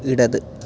ഇടത്